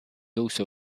also